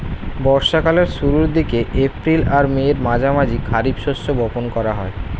বর্ষা কালের শুরুর দিকে, এপ্রিল আর মের মাঝামাঝি খারিফ শস্য বপন করা হয়